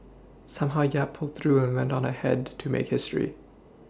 somehow Yap pulled through and went on ahead to make history